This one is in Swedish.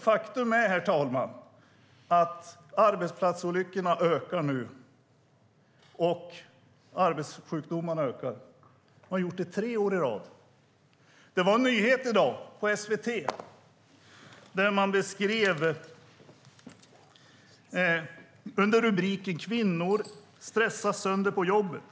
Faktum är, herr talman, att arbetsplatsolyckorna nu ökar, och arbetssjukdomarna ökar. De har gjort det tre år i rad. Det finns en nyhet i dag på SVT med rubriken "Kvinnor stressas sönder på jobbet".